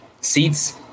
seats